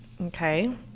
Okay